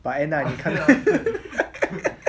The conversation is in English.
but end up